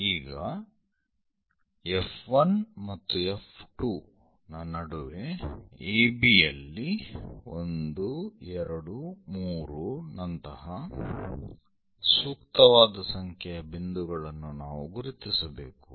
ಈಗ F1 ಮತ್ತು F2 ರ ನಡುವೆ AB ಯಲ್ಲಿ 1 2 3 ನಂತಹ ಸೂಕ್ತವಾದ ಸಂಖ್ಯೆಯ ಬಿಂದುಗಳನ್ನು ನಾವು ಗುರುತಿಸಬೇಕು